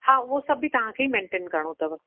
हा उहो सभु बि तव्हांखे ई मैनटेन करिणो अथव